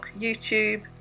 YouTube